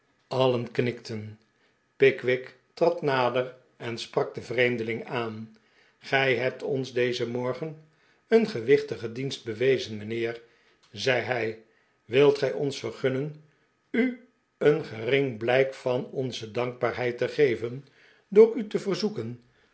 alien knikten pickwick trad nader en sprak den vreemdeling aan gij hebt ons dezen morgen een gewichtigen dienst bewezen mijnheer zei hij wilt gij ons vergunnen u een gering blijk van onze dankbaarheid te geven door u te verzoeken